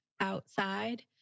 outside